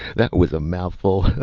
that was a mouthful.